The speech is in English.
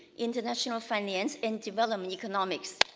international finance, and development economics.